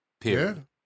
Period